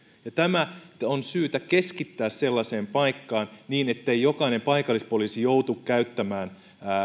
tämä on syytä keskittää sellaiseen paikkaan ettei jokainen paikallispoliisi joudu käyttämään